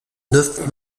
neuf